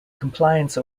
compliance